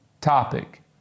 topic